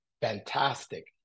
fantastic